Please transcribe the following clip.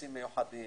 קורסים מיוחדים,